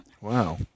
Wow